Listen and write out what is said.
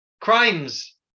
crimes